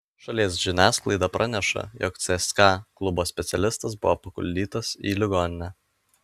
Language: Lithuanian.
šalies žiniasklaida praneša jog cska klubo specialistas buvo paguldytas į ligoninę